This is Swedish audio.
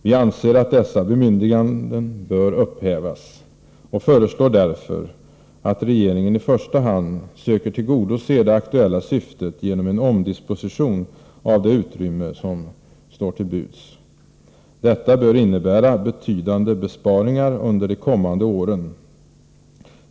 Vi anser att dessa bemyndiganden bör upphävas och föreslår därför att regeringen i första hand söker tillgodose det aktuella syftet genom en omdisposition av det utrymme som står till buds. Det bör innebära betydande besparingar under de kommande åren.